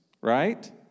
Right